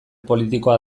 politikoa